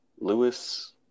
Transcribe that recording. Lewis